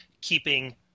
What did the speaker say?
keeping